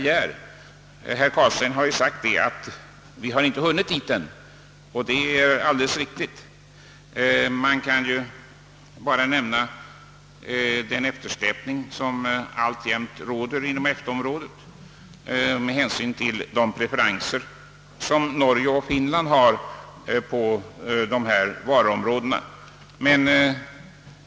Som herr Carlstein sade har vi ännu inte hunnit dithän — jag behöver bara nämna den eftersläpning som alltjämt förekommer inom EFTA på grund av de preferenser som Norge och Finland har fått inom dessa varuområden.